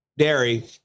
Dairy